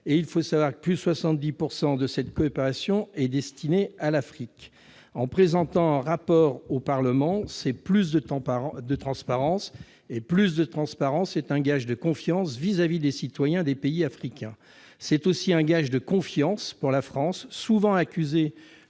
Il faut savoir en effet que plus de 70 % de cette coopération est destinée à l'Afrique. Présenter un rapport au Parlement, c'est garantir plus de transparence, ce qui est un gage de confiance vis-à-vis des citoyens des pays africains. C'est aussi un gage de confiance pour la France, souvent accusée